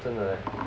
真的 leh